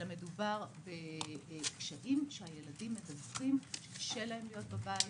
אלא בקשיים שהילדים מדווחים שקשה להם להיות בבית,